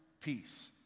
peace